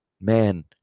man